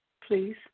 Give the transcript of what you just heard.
please